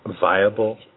Viable